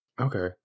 okay